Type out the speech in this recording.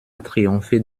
triompher